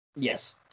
Yes